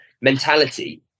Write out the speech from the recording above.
mentality